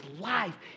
life